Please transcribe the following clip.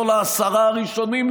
לא לעשרת הראשונים,